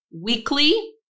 weekly